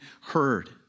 heard